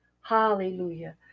hallelujah